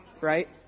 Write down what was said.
right